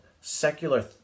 secular